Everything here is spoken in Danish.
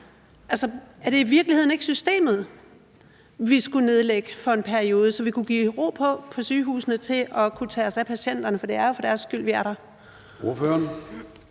Altså, er det i virkeligheden ikke systemet, vi skulle nedlægge i en periode, så vi kunne give sygehusene ro til at kunne tage sig af patienterne, for det er jo for deres skyld, vi er der?